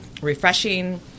refreshing